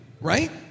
right